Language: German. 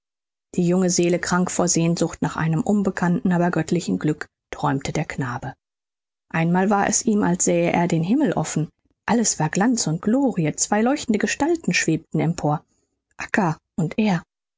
die junge seele krank vor sehnsucht nach einem unbekannten aber göttlichen glück träumte der knabe einmal war es ihm als sähe er den himmel offen alles war glanz und glorie zwei leuchtende gestalten schwebten empor acca und er